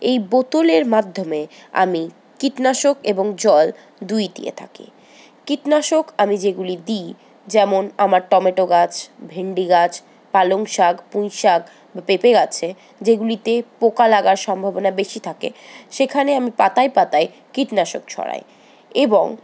এই বোতলের মাধ্যমে আমি কীটনাশক এবং জল দুই দিয়ে থাকি কীটনাশক আমি যেগুলি দিই যেমন আমার টমেটো গাছ ভেন্ডি গাছ পালং শাক পুঁই শাক পেঁপে আছে যেইগুলিতে পোকা লাগার সম্ভাবনা বেশি থাকে সেখানে আমি পাতায় পাতায় কীটনাশক ছড়াই এবং